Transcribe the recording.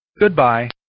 Goodbye